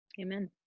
Amen